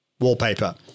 Wallpaper